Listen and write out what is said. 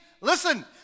Listen